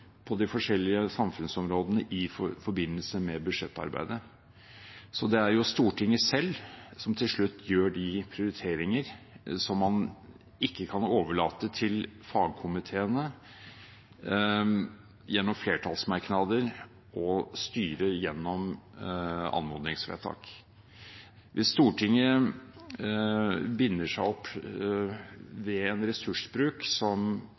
på de forskjellige samfunnsområdene i forbindelse med budsjettarbeidet. Det er Stortinget selv som til slutt gjør de prioriteringer som man ikke kan overlate til fagkomiteene gjennom flertallsmerknader å styre, gjennom anmodningsvedtak. Hvis Stortinget binder seg opp ved en ressursbruk som